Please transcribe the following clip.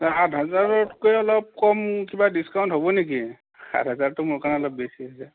আঠ হাজাৰতকৈ অলপ কম কিবা ডিচকাউণ্ট হ'ব নেকি আঠ হাজাৰটো মোৰ কাৰণে অলপ বেছি হৈছে